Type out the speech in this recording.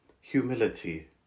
humility